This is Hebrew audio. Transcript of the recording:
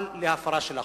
אבל להפרה של החוק.